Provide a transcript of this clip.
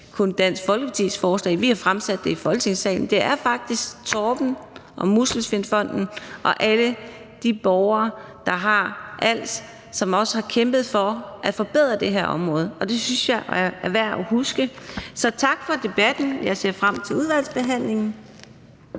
kun Dansk Folkepartis forslag, vi har fremsat det i Folketingssalen, og det er faktisk også Torben og Muskelsvindfonden og alle de borgere, der har als, som har kæmpet for at forbedre det her område, og det synes jeg er værd at huske. Så tak for debatten. Jeg ser frem til udvalgsbehandlingen.